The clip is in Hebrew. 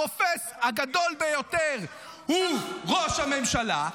--- הרופס הגדול ביותר הוא ראש הממשלה,